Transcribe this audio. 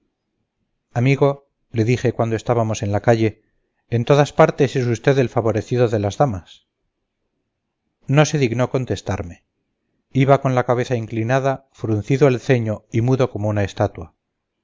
amigo le dije cuando estábamos en la calle en todas partes es usted el favorecido de las damas no se dignó contestarme iba con la cabeza inclinada fruncido el ceño y mudo como una estatua